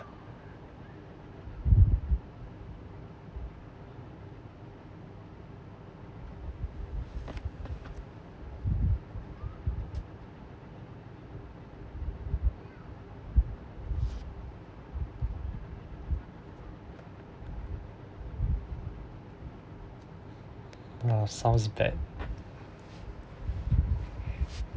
!wah! sounds bad